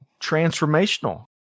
transformational